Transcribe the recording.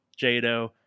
Jado